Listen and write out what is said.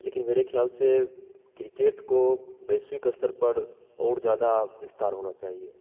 लेकिन मेरे ख्याल से क्रिकेट को वैश्विक स्तर पर और ज्यादा विस्तार होना चाहिए